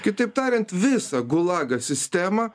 kitaip tariant visą gulagą sistema